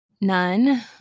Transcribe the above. None